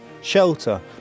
shelter